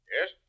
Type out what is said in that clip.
Yes